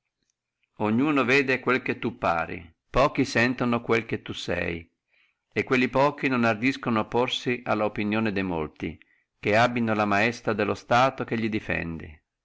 ognuno vede quello che tu pari pochi sentono quello che tu se e quelli pochi non ardiscano opporsi alla opinione di molti che abbino la maestà dello stato che li difenda